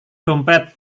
dompet